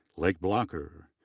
lake blocher,